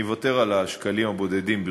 אוותר על השקלים הבודדים,